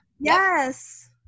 Yes